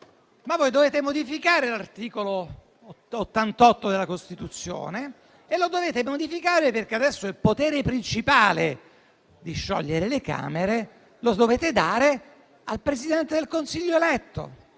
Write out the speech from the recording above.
Ma voi dovete modificare l'articolo 88 della Costituzione, e lo dovete modificare perché adesso il potere principale di sciogliere le Camere lo dovete dare al Presidente del Consiglio eletto.